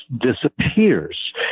disappears